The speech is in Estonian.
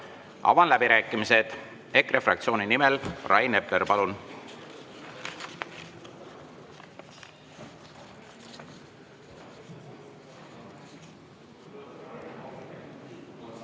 Avan läbirääkimised. EKRE fraktsiooni nimel Rain Epler, palun!